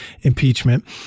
impeachment